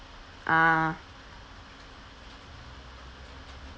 ah